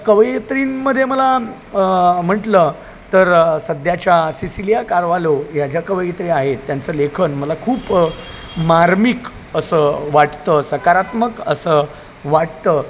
कवयित्रींमध्ये मला म्हटलं तर सध्याच्या सिसिलिया कारवालो या ज्या कवयित्री आहेत त्यांचं लेखन मला खूप मार्मिक असं वाटतं सकारात्मक असं वाटतं